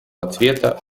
ответа